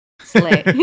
slay